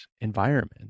environment